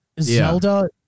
Zelda